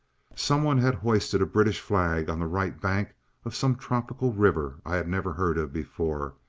somebody had hoisted a british flag on the right bank of some tropical river i had never heard of before,